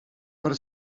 per